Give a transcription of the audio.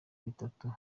bitatu